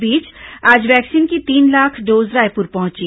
इस बीच आज वैक्सीन की तीन लाख डोज रायपुर पहुंची